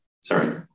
sorry